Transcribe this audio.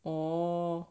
orh